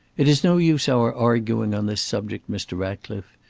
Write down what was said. it is no use our arguing on this subject, mr. ratcliffe.